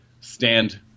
stand